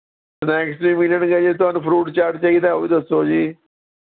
snacks ਵੀ ਮਿਲਣਗੇ ਜੇ ਤੁਹਾਨੂੰ ਫਰੂਟ ਚਾਟ ਚਾਹੀਦਾ ਹੈ ਉਹ ਵੀ ਦੱਸੋ ਜੀ